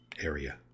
area